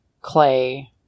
Clay